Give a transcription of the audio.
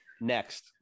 next